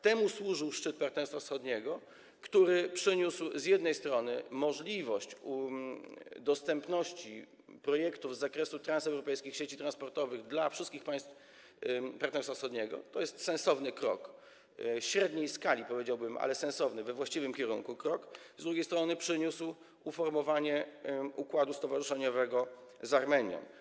Temu służył szczyt Partnerstwa Wschodniego, który z jednej strony przyniósł możliwość dostępności projektów z zakresu transeuropejskich sieci transportowych dla wszystkich państw Partnerstwa Wschodniego - to jest krok średniej skali, powiedziałbym, ale sensowny, krok we właściwym kierunku - a z drugiej strony przyniósł uformowanie układu stowarzyszeniowego z Armenią.